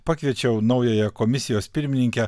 pakviečiau naująją komisijos pirmininkę